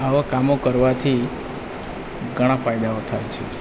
આવા કામો કરવાથી ઘણા ફાયદાઓ થાય છે